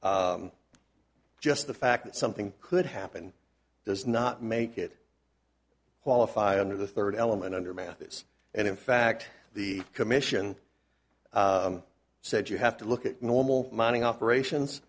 just the fact that something could happen does not make it qualify under the third element under mathis and in fact the commission said you have to look at normal mining operations